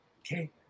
Okay